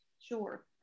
Sure